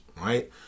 right